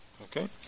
Okay